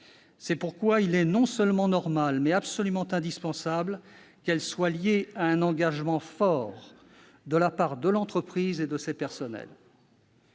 C'est pourquoi il est non seulement normal, mais même absolument indispensable, que cet effort soit lié à un engagement de la part de l'entreprise et de ses personnels.